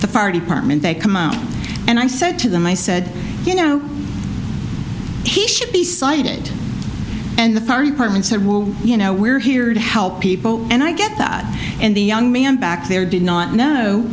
the fire department they come out and i said to them i said you know he should be cited and the fire department said will you know we're here to help people and i get that and the young man back there did not know